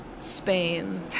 spain